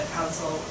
Council